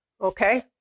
okay